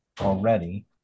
already